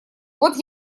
вот